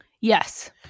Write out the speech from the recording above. Yes